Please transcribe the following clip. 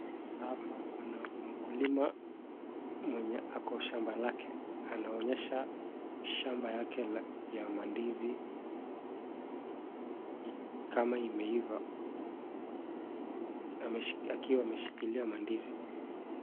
Hapa kuna mkulima mwenye ako shamba lake. Anaonyesha shamba yake ya mandizi kama imeiva akiwa ameshikilia mandizi.